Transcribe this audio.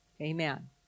Amen